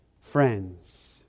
friends